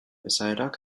esaerak